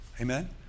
Amen